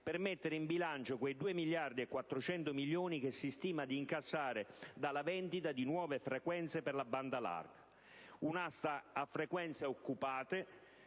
per mettere in bilancio quei 2 miliardi e 400 milioni di euro che si stima d'incassare dalla vendita di nuove frequenze per la banda larga. Un'asta a frequenze occupate